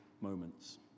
moments